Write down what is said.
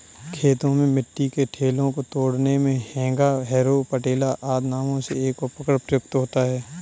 खेतों में मिट्टी के ढेलों को तोड़ने मे हेंगा, हैरो, पटेला आदि नामों से एक उपकरण प्रयुक्त होता है